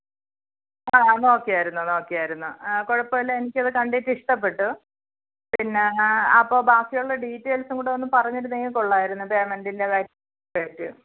ആ നോക്കിയായിരുന്നു നോക്കിയായിരുന്നു ആ കുഴപ്പമില്ല എനിക്ക് അത് കണ്ടിട്ട് ഇഷ്ടപ്പെട്ടു പിന്നെ അപ്പോൾ ബാക്കിയുള്ള ഡീറ്റെയിൽസും കൂടെ ഒ ന്ന് പറഞ്ഞിരുന്നെങ്കിൽ കൊള്ളാമായിരുന്നു പെയ്മെൻ്റിൻ്റെ കാര്യവും ഡേറ്റും